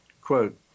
Quote